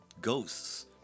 ghosts